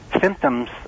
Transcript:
symptoms